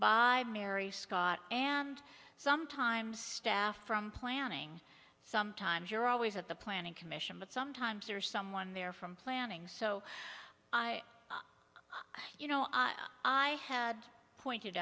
by mary scott and sometimes staff from planning sometimes you're always at the planning commission but sometimes there is someone there from planning so i you know i had pointed